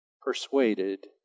persuaded